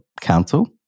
council